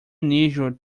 unusual